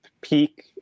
peak